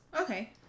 Okay